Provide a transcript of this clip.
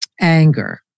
anger